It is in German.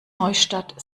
neustadt